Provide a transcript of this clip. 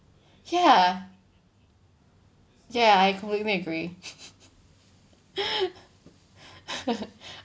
ya ya I completely agree